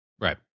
Right